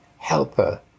Helper